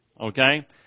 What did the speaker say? okay